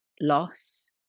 loss